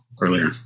earlier